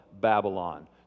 Babylon